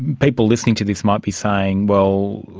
people listening to this might be saying, well,